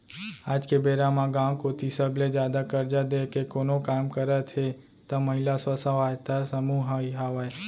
आज के बेरा म गाँव कोती सबले जादा करजा देय के कोनो काम करत हे त महिला स्व सहायता समूह ही हावय